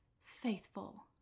faithful